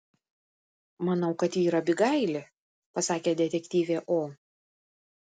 manau kad ji yra abigailė pasakė detektyvė o